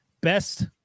best